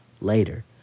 later